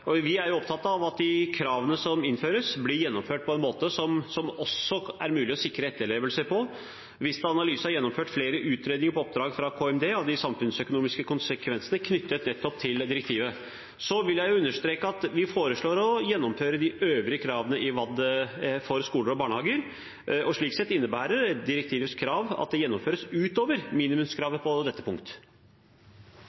Vi er opptatt av at de kravene som innføres, blir gjennomført på en måte som det også er mulig å sikre etterlevelse på. Vista Analyse har gjennomført flere utredninger på oppdrag fra KMD av de samfunnsøkonomiske konsekvensene knyttet nettopp til direktivet. Jeg vil understreke at vi foreslår å gjennomføre de øvrige kravene i WAD for skoler og barnehager, og slik sett innebærer direktivets krav at det gjennomføres utover